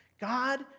God